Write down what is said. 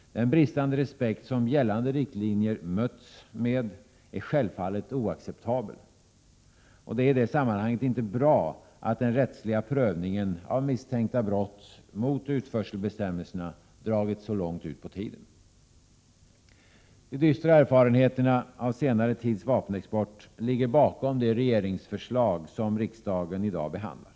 Den bristande respekt med vilken gällande riktlinjer har bemötts är självfallet oacceptabel. Det är i det sammanhanget inte bra att den rättsliga prövningen av misstänkta brott mot utförselbestämmelserna dragit så långt ut på tiden. De dystra erfarenheterna av senare tids vapenexport ligger bakom de regeringsförslag som riksdagen i dag behandlar.